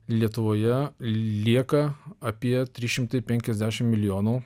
lietuvoje lieka apie trys šimtai penkiasdešim milijonų